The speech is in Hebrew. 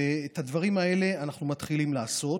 את הדברים האלה אנחנו מתחילים לעשות.